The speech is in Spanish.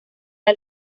del